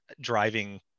driving